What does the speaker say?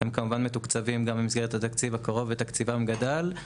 הם כמובן מתוקצבים במסגרת הקרוב ותקציבם גדל.